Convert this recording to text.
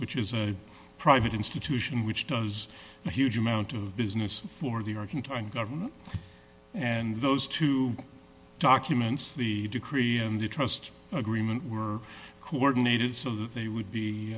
which is a private institution which does a huge amount of business for the argentine government and those two documents the decree and the trust agreement were coordinated so that they would be